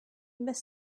miss